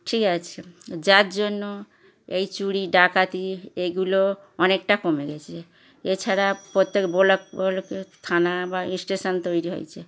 ঠিক আছে যার জন্য এই চুরি ডাকাতি এগুলো অনেকটা কমে গিয়েছে এছাড়া প্রত্যেক ব্লকে ব্লকে থানা বা স্টেশন তৈরি হয়েছে